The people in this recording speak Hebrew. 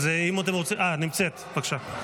נמצאת, בבקשה.